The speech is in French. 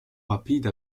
rapide